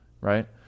right